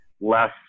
less